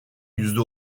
yüzde